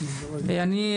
אני,